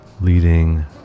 leading